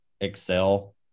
Excel